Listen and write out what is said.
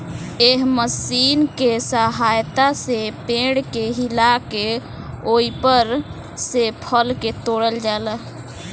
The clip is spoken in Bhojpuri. एह मशीन के सहायता से पेड़ के हिला के ओइपर से फल के तोड़ल जाला